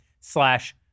slash